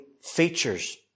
features